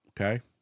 Okay